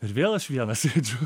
ir vėl aš vienas sėdžiu